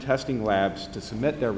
testing labs to submit their